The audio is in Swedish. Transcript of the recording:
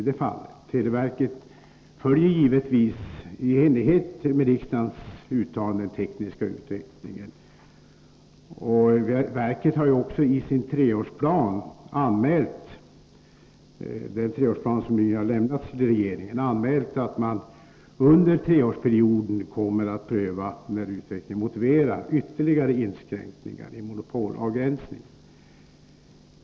Televerket följer givetvis, i enlighet med riksdagens uttalande, den tekniska utvecklingen. Verket har också i den treårsplan som lämnats till regeringen anmält att man under dessa tre år, när utvecklingen så motiverar, kommer att pröva ytterligare inskränkningar i monopolavgränsningen.